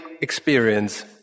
experience